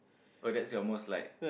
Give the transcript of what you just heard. what that's your most like